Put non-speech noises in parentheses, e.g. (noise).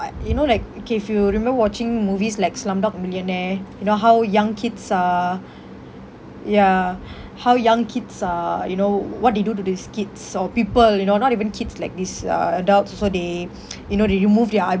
I you know like K if you remember watching movies like slumdog millionaire you know how young kids are ya how young kids are you know what they do these kids or people you know not even kids like these uh adults also they (noise) you know they removed their